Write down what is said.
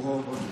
נכון.